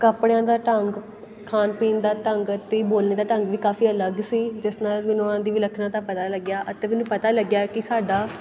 ਕੱਪੜਿਆਂ ਦਾ ਢੰਗ ਖਾਣ ਪੀਣ ਦਾ ਢੰਗ ਅਤੇ ਬੋਲਣ ਦਾ ਢੰਗ ਵੀ ਕਾਫੀ ਅਲੱਗ ਸੀ ਜਿਸ ਨਾਲ ਮੈਨੂੰ ਉਹਨਾਂ ਦੀ ਵਿਲੱਖਣਤਾ ਦਾ ਪਤਾ ਲੱਗਿਆ ਅਤੇ ਮੈਨੂੰ ਪਤਾ ਲੱਗਿਆ ਕਿ ਸਾਡਾ